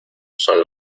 son